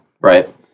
Right